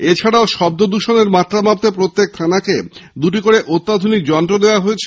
এছাড়াও শব্দ দূষণের মাত্রা মাপতে প্রত্যেক থানাকে দুটি করে অত্যাধুনিক যন্ত্র দেওয়া হয়েছে